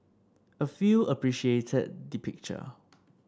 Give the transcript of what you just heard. a few appreciated the picture